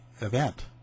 event